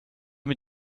mit